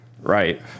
right